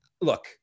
Look